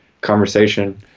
conversation